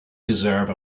deserve